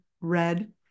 red